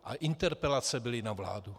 A interpelace byly na vládu.